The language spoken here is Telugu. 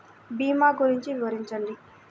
భీమా గురించి వివరించండి?